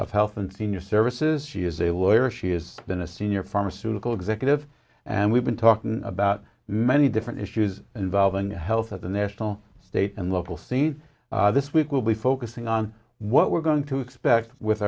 of health and senior services she is a lawyer she has been a senior pharmaceutical executive and we've been talking about many different issues involving health at the national state and local scene this week will be focusing on what we're going to expect with